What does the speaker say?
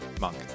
monk